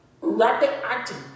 rapid-acting